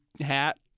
hat